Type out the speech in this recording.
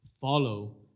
follow